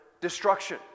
destruction